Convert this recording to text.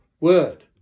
word